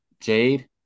Jade